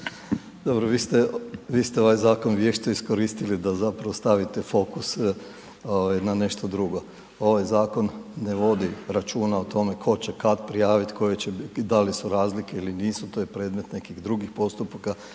Dobro, vi ste ovaj zakon vješto iskoristili da zapravo stavite fokus na nešto drugo, ovaj zakon ne vodi računa o tome tko će kad prijaviti, da li su razlike ili nisu, to je predmet nekih drugih postupaka